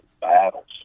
battles